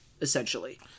essentially